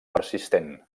persistent